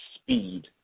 speed